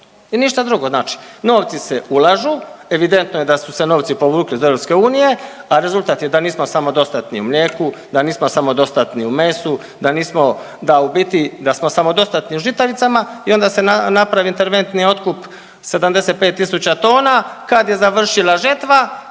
I ništa drugo. Znači novci se ulažu, evidentno je da su se novci povukli iz EU, a rezultat je da nismo samodostatni u mlijeku, da nismo samodostatni u mesu, da nismo, da nismo, da u biti, da smo samodostatni u žitaricama i onda se napravi interventni otkup 75.000 tona kad je završila žetva